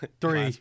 Three